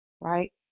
right